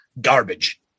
Garbage